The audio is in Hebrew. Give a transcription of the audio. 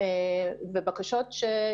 היא